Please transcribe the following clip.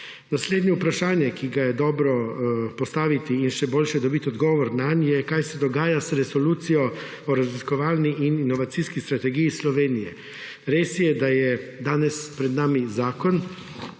Naslednje vprašanje, ki ga je dobro postaviti in še boljše dobiti odgovor nanj, je, kaj se dogaja z Resolucijo o raziskovalni in inovacijski strategiji Slovenije. Res je, da je danes pred nami zakon,